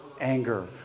anger